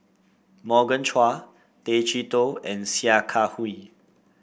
Morgan Chua Tay Chee Toh and Sia Kah Hui